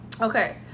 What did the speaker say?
okay